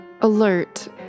alert